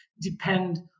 depend